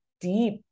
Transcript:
deep